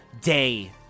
Day